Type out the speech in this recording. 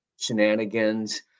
shenanigans